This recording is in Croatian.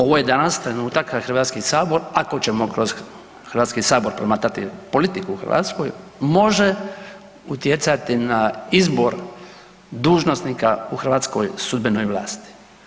Ovo je danas trenutak kad Hrvatski sabor ako ćemo Hrvatski sabor promatrati politiku u Hrvatskoj, može utjecati na izbor dužnosnika u hrvatskoj sudbenoj vlasti.